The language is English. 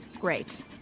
Great